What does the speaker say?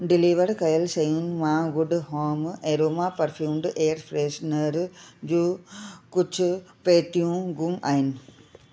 deliver कयलि शयुनि मां good home aroma perfumed air freshener जूं कुझु पेटियूं गुम आहिनि